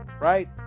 right